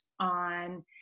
on